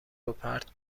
روپرت